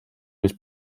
was